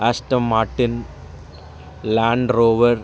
aston martin Land Rover